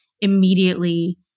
immediately